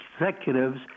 executives